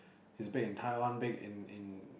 he's big in Taiwan big in in